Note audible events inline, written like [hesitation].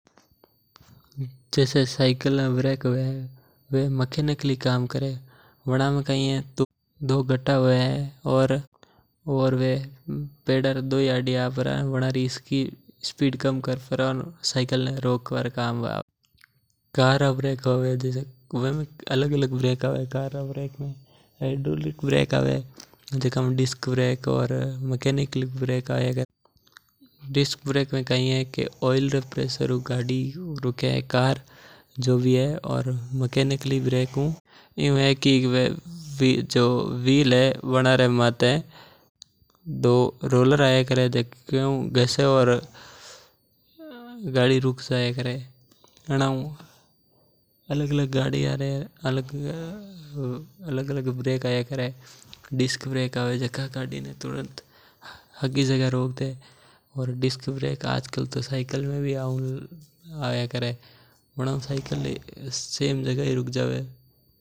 जेसे सायकल में ब्रेक हवे वे मेकैनिकली काम करे वना में कै हवे की दो बात्ता हवे। और जियो ही आपा ब्रेक लगावा वे टायर हु टकरार और सिर्फ काम करने सायकल ने रोक देवै। कार रा ब्रेक हवे जिका हाइड्रॉलिक ब्रेक हवे बना में डिस्क ब्रेक हुया करे जिका में ऑइल प्रेसुरिंग हु गाडी रुके। [hesitation] और मेकैनिकली ब्रेक हवे बनमे दो रोलार हवे जिका टायर माथे घर्षण करने रुके।